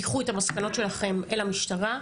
תקחו את המסקנות שלכם אל המשטרה,